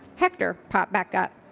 hector popped back up.